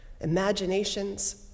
imaginations